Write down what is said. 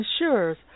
insurers